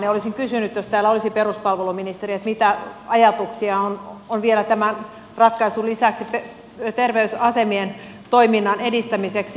olisin kysynyt jos täällä olisi peruspalveluministeri mitä ajatuksia on vielä tämän ratkaisun lisäksi ter veysasemien toiminnan edistämiseksi